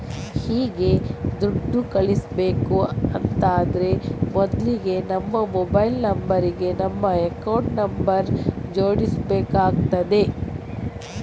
ಹೀಗೆ ದುಡ್ಡು ಕಳಿಸ್ಬೇಕು ಅಂತಾದ್ರೆ ಮೊದ್ಲಿಗೆ ನಮ್ಮ ಮೊಬೈಲ್ ನಂಬರ್ ಗೆ ನಮ್ಮ ಅಕೌಂಟ್ ನಂಬರ್ ಜೋಡಿಸ್ಬೇಕಾಗ್ತದೆ